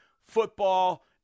football